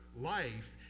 life